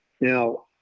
Now